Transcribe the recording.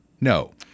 No